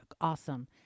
Awesome